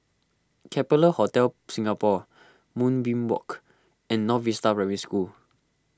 Capella Hotel Singapore Moonbeam Walk and North Vista Primary School